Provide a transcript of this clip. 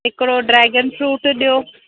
हिकिड़ो dragon fruit ॾियो